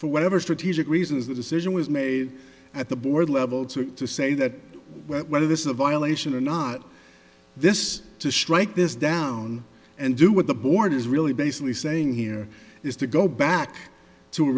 for whatever strategic reasons the decision was made at the board level to say that whether this is a violation or not this to strike this down and do what the board is really basically saying here is to go back to